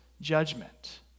judgment